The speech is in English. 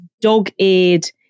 dog-eared